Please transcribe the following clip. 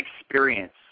experience